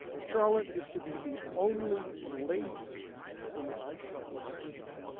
charlotte is to be the only lady whom i shall ever know.